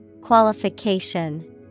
Qualification